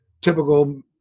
typical